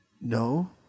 No